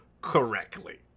correctly